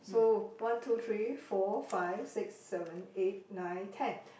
so one two three four five six seven eight nine ten